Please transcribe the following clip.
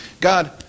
God